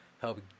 help